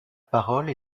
parole